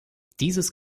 dieses